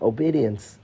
Obedience